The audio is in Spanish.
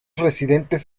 residentes